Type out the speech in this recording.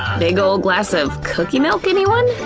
big ol glass of cookie milk, anyone?